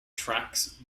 tracks